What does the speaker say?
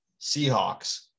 Seahawks